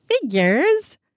Figures